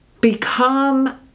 become